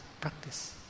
practice